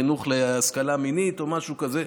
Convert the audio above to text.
חינוך להשכלה מינית או משהו כזה.